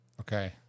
Okay